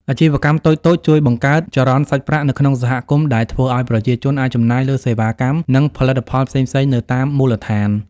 អាជីវកម្មតូចៗជួយបង្កើត ចរន្តសាច់ប្រាក់ នៅក្នុងសហគមន៍ ដែលធ្វើឱ្យប្រជាជនអាចចំណាយលើសេវាកម្ម និងផលិតផលផ្សេងៗនៅតាមមូលដ្ឋាន។